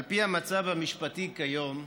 על פי המצב המשפטי כיום,